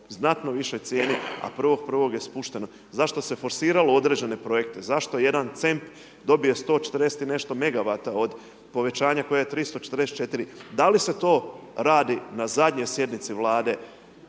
znatno višoj cijeni a 1.1. je spušteno? Zašto se forsiralo određene projekte. Zašto jedan C.E.M.P dobije 140 i nešto megavata od povećanja koje je 344. Da li se to radi na zadnjoj sjednici Vlade